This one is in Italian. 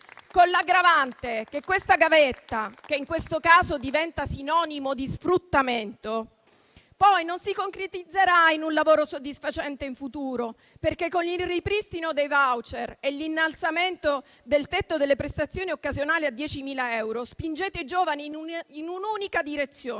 L'aggravante è che questa gavetta, che in questo caso diventa sinonimo di sfruttamento, poi non si concretizzerà in un lavoro soddisfacente in futuro. Infatti, con il ripristino dei *voucher* e l'innalzamento del tetto delle prestazioni occasionali a 10.000 euro, spingete i giovani in un'unica direzione,